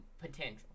potential